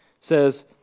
says